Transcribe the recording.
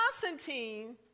Constantine